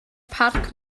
parc